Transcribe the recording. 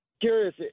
curious